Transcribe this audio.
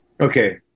okay